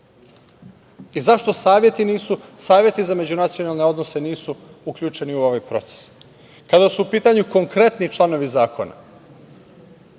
i zašto saveti za međunacionalne odnose nisu uključeni u ovaj proces? Kada su u pitanju konkretni članovi zakona,